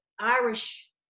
Irish